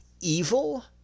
evil